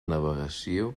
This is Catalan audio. navegació